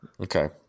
Okay